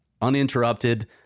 uninterrupted